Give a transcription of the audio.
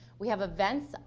we have events,